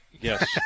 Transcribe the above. Yes